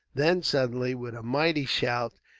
then, suddenly, with a mighty shout,